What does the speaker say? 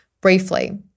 briefly